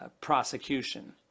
prosecution